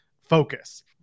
focus